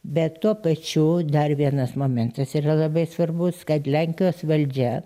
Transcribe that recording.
bet tuo pačiu dar vienas momentas yra labai svarbus kad lenkijos valdžia